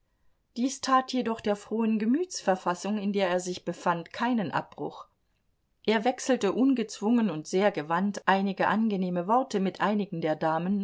dies tat jedoch der frohen gemütsverfassung in der er sich befand keinen abbruch er wechselte ungezwungen und sehr gewandt einige angenehme worte mit einigen der damen